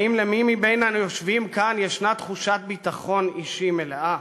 האם למי מבין היושבים כאן יש תחושת ביטחון אישי מלאה?